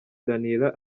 daniella